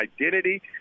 identity